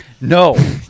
No